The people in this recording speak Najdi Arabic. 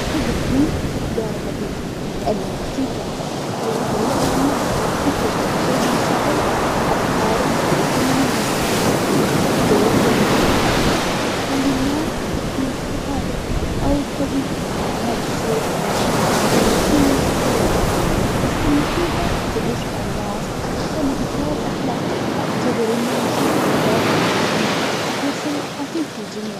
أحب أكون موسيقار عظيم, لأنالموسيقى لها تأثير قوي على الناس, تقدر تعبر عن مشاعرهم وأفكارهم بطريقة مميزة, تخيل لو قدر الحن أغاني تخلي الناس يحسون بالسعادة, أو الحزن, وهذا الشي عميق, الرسوم حلوة بعد بس الموسيقى تعيش مع الناس وتخلي ذكريات أحلى, ااعتبر إن الموسيقى لغة عالمية, وتوصل الأحاسيس للجميع.